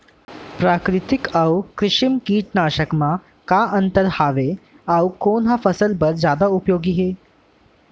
प्राकृतिक अऊ कृत्रिम कीटनाशक मा का अन्तर हावे अऊ कोन ह फसल बर जादा उपयोगी हे?